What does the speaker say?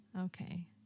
okay